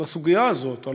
לסוגיה הזאת.